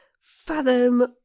fathom